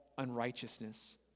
unrighteousness